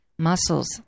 Muscles